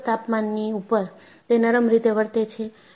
ચોક્કસ તાપમાનની ઉપર તે નરમ રીતે વર્તે છે